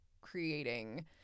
creating